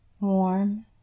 warm